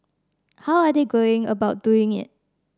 how are they going about doing it